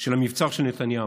של המבצר של נתניהו,